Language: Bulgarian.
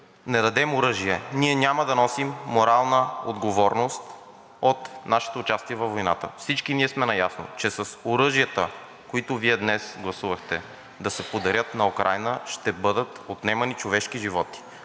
не дадем оръжие, ние няма да носим морална отговорност от нашето участие във войната. Всички ние сме наясно, че с оръжията, които Вие днес гласувахте да се подарят на Украйна, ще бъдат отнемани човешки животи,